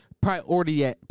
Priority